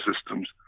systems